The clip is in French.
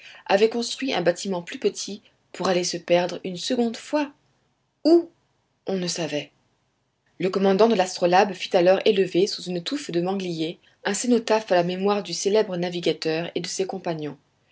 avait construit un bâtiment plus petit pour aller se perdre une seconde fois où on ne savait le commandant de l'astrolabe fit alors élever sous une touffe de mangliers un cénotaphe à la mémoire du célèbre navigateur et de ses compagnons